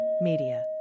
Media